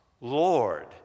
Lord